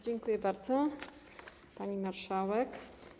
Dziękuję bardzo, pani marszałek.